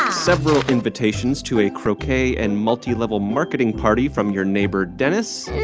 several invitations to a croquet and multilevel marketing party from your neighbor dennis.